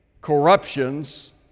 corruptions